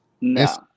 no